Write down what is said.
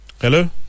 Hello